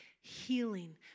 healing